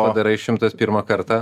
padarai šimtas pirmą kartą